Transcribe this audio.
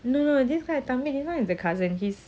no no this [one] தம்பி:thambi this [one] is a cousin he's